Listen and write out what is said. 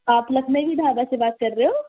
آپ لکھنوی ڈھابہ سے بات کر رہے ہو